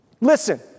Listen